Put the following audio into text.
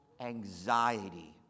anxiety